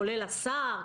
כולל השר,